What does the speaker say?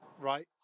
right